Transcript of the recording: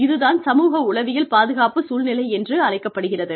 இது தான் சமூக உளவியல் பாதுகாப்பு சூழ்நிலை என்று அழைக்கப்படுகிறது